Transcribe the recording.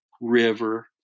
river